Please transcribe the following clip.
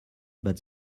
but